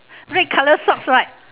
red colour socks right